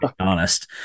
honest